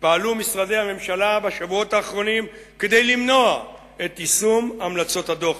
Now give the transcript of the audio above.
פעלו משרדי הממשלה בשבועות האחרונים כדי למנוע את יישום המלצות הדוח.